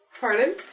Pardon